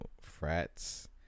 frats